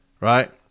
right